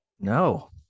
No